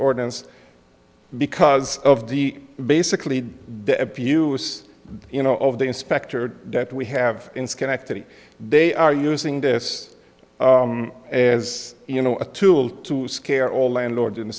ordinance because of the basically the abuse you know of the inspector that we have in schenectady they are using this as you know a tool to scare all landlords in the